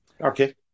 Okay